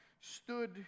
stood